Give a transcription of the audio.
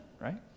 right